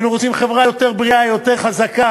היינו רוצים חברה יותר בריאה, יותר חזקה,